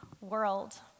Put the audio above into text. world